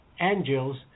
angels